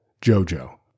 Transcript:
Jojo